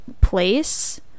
place